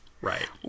Right